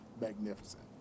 magnificent